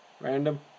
Random